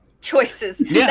Choices